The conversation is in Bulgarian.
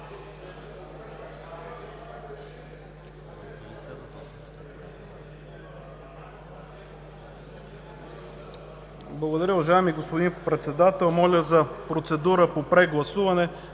Благодаря. Уважаеми господин Председател, моля за процедура по прегласуване.